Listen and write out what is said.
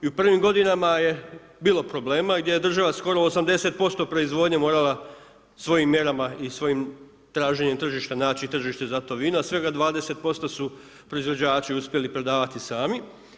I u prvim godinama je bilo problema gdje je država skoro 80% proizvodnje morala svojim mjerama i svojim traženjem tržišta naći tržište za to vino, a svega 20% su proizvođači uspjeli prodavati sami.